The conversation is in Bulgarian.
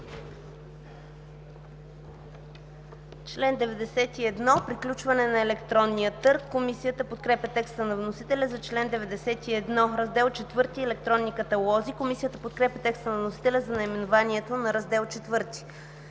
чл. 91 „Приключване на електронния търг” Комисията подкрепя текста на вносителя. „Раздел IV – Електронни каталози”. Комисията подкрепя текста на вносителя за наименованието на Раздел IV.